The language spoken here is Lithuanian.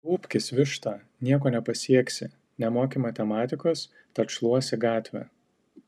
tūpkis višta nieko nepasieksi nemoki matematikos tad šluosi gatvę